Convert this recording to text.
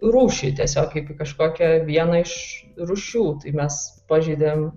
rūšį tiesiog kaip į kažkokią vieną iš rūšių tai mes pažeidėm